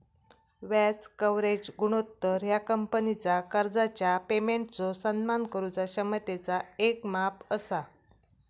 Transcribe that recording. व्याज कव्हरेज गुणोत्तर ह्या कंपनीचा कर्जाच्या पेमेंटचो सन्मान करुचा क्षमतेचा येक माप असा